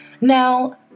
Now